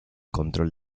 control